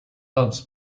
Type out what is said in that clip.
loves